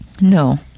No